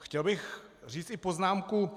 Chtěl bych říci poznámku.